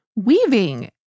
Weaving